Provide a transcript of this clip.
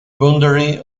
boundary